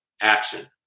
action